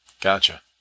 Gotcha